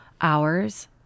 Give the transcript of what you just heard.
hours